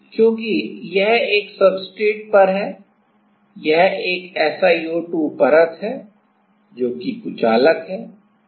क्योंकि यह एक सब्सट्रेट पर है यह एक SiO2 परत पर है जो कि कुचालक है